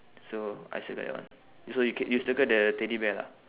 so I circle that one so you c~ you circle the teddy bear ah